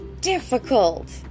difficult